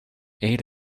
ate